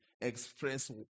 express